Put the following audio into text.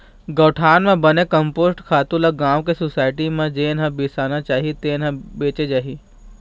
गउठान म बने कम्पोस्ट खातू ल गाँव के सुसायटी म जेन ह बिसाना चाही तेन ल बेचे जाही